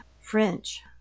French